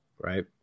right